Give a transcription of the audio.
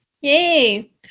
Yay